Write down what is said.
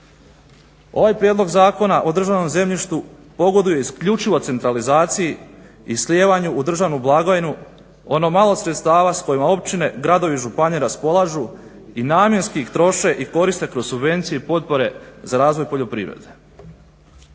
Ovaj Prijedlog zakona o državnom zemljištu pogoduje isključivo centralizaciji i slijevanju u državnu blagajnu ono malo sredstava s kojima općine, gradovi i županije raspolažu i namjenski ih troše i koriste kroz subvencije i potpore za razvoj poljoprivrede.